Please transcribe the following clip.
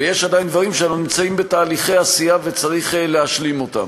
ויש עדיין דברים שנמצאים בתהליכי עשייה וצריך להשלים אותם.